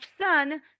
sun